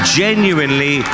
genuinely